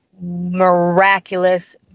miraculous